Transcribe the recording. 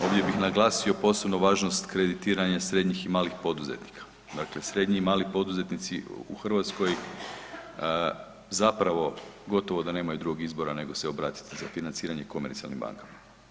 Ovdje bih naglasio posebnu važnost kreditiranja srednjih i malih poduzetnika, dakle srednji i mali poduzetnici u Hrvatskoj zapravo gotovo da nemaju drugog izbora nego se obratiti za financiranje komercionalnim bankama.